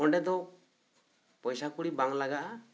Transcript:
ᱚᱸᱰᱮ ᱫᱚ ᱯᱚᱭᱥᱟ ᱠᱚᱲᱤ ᱵᱟᱝ ᱞᱟᱜᱟᱜ ᱟ